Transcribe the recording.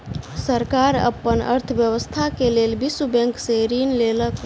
सरकार अपन अर्थव्यवस्था के लेल विश्व बैंक से ऋण लेलक